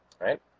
right